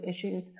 issues